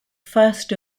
first